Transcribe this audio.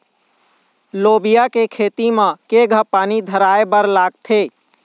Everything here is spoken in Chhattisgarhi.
लोबिया के खेती म केघा पानी धराएबर लागथे?